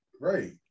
right